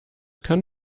kann